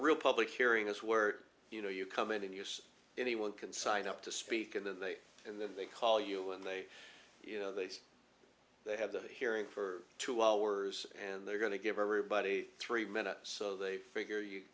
real public hearing this word you know you come in and use anyone can sign up to speak and then they and then they call you when they you know they say they have the hearing for two hours and they're going to give everybody three minutes so they figure you